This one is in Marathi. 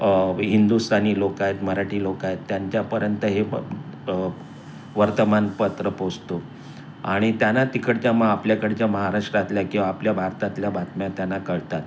हिंदुस्तानी लोकं आहेत मराठी लोकं आहेत त्यांच्यापर्यंत हे वर्तमानपत्र पोचतो आणि त्यांना तिकडच्या मग आपल्याकडच्या महाराष्ट्रातल्या किंवा आपल्या भारतातल्या बातम्या त्यांना कळतात